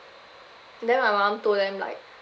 then my mum told them like